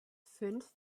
fünf